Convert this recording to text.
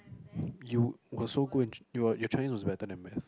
you also go into your your Chinese was better than math